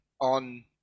on